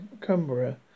Cumbria